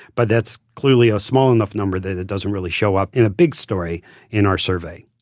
but that's clearly a small enough number that it doesn't really show up in a big story in our survey.